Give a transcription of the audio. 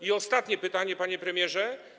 I ostatnie pytanie, panie premierze.